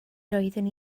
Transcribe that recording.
doeddwn